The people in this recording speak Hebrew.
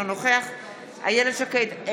אינו נוכח איילת שקד,